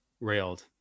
railed